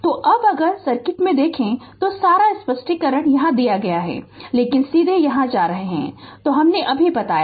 तो अब अगर सर्किट में देखें तो सारा स्पष्टीकरण यहाँ दिया हैं लेकिन सीधे यहां जा रहे हैं हमने अभी बताया